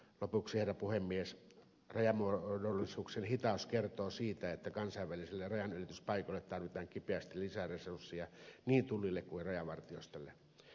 lopuksi herra puhemies rajamuodollisuuksien hitaus kertoo siitä että kansainvälisille rajanylityspaikoille tarvitaan kipeästi lisäresursseja niin tullille kuin rajavartiostolle